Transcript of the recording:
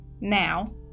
now